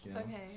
Okay